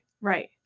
right